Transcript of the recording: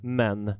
men